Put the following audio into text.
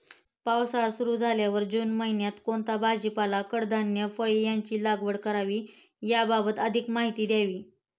पावसाळा सुरु झाल्यावर जून महिन्यात कोणता भाजीपाला, कडधान्य, फळे यांची लागवड करावी याबाबत अधिक माहिती द्यावी?